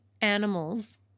animals